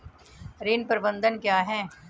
ऋण प्रबंधन क्या है?